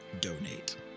donate